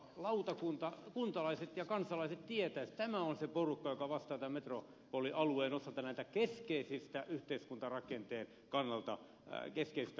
kun talaiset ja kansalaiset tietäisivät että tämä on se porukka joka vastaa tämän metropolialueen osalta näistä yhteiskuntarakenteen kannalta keskeisistä asioista